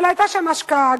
אבל היתה שם השקעה,